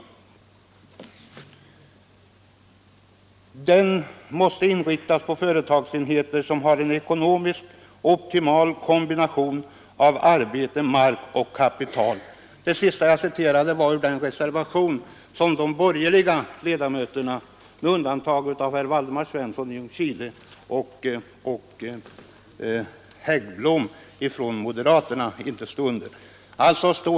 Enligt den då avgivna reservationen skulle stödet inriktas på företagsenheter med en ekonomiskt optimal kombination av arbete, mark och kapital — detta skrev de borgerliga ledamöterna under, med undantag för herr Waldemar Svensson i Ljungskile och högermannen herr Heggblom.